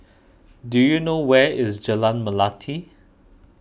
do you know where is Jalan Melati